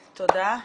תודה.